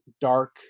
dark